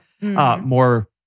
more